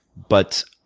but